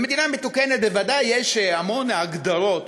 מדינה מתוקנת, בוודאי יש המון הגדרות